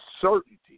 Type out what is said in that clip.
certainty